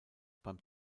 beim